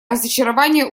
разочарование